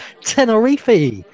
Tenerife